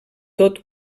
tot